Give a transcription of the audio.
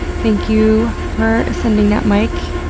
thank you for sending that, mike,